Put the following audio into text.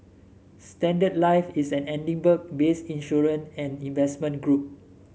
Standard Life is an Edinburgh based insurance and investment group